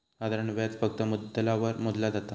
साधारण व्याज फक्त मुद्दलावर मोजला जाता